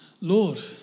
Lord